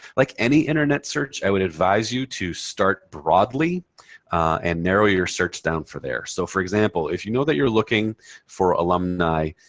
like any internet search, i would advise you to start broadly and narrow your search down from there. so for example, if you know that you're looking for alumni